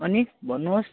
अनि भन्नुहोस्